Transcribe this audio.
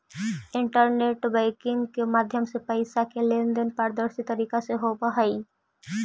internet banking के माध्यम से पैइसा के लेन देन पारदर्शी तरीका से होवऽ हइ